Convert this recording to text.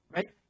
Right